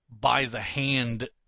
by-the-hand